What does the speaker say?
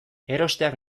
erosteak